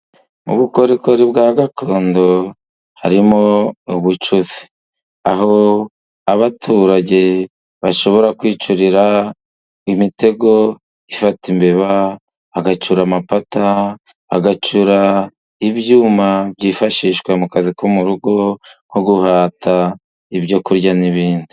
Mu bukorikori bwa gakondo harimo ubucuzi, aho abaturage bashobora kwicurira imitego ifata imbeba, bagacura amapata, bagacura ibyuma byifashishwa mu kazi ko mu rugo nko guhata ibyo kurya n'ibindi.